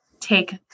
take